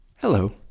Hello